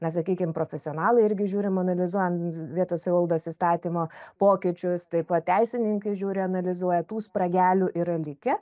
na sakykim profesionalai irgi žiūrim analizuojam vietos savivaldos įstatymo pokyčius taip pat teisininkai žiūri analizuoja tų spragelių yra likę